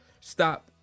stop